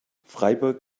freiburg